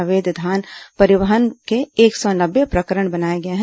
अवैध धान परिवहन के एक सौ नब्बे प्रकरण बनाए गए हैं